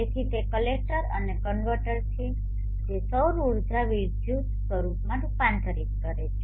તેથી તે કલેક્ટર અને કન્વર્ટર છે જે સૌર ઉર્જાને વિદ્યુત સ્વરૂપમાં રૂપાંતરિત કરે છે